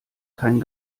kein